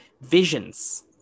Visions